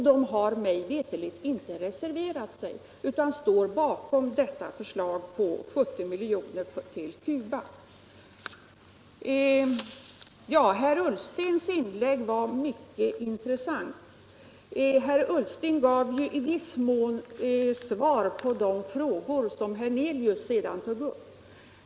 De har mig veterligt inte reserverat sig utan står bakom detta förslag. Herr Ullstens inlägg var mycket intressant. Han gav i viss mån svar Internationellt utvecklingssamar på de frågor som herr Hernelius sedan tog upp.